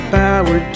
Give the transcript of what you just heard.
power